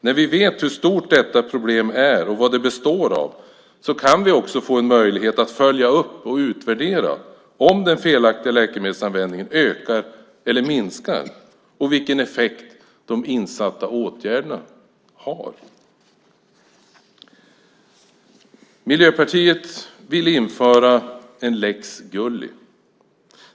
När vi vet hur stort detta problem är och vad det består av kan vi också få en möjlighet att följa upp och utvärdera om den felaktiga läkemedelsanvändningen ökar eller minskar och vilken effekt de insatta åtgärderna har. Miljöpartiet vill införa en lex Gulli.